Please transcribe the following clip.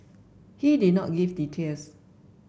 he did not give details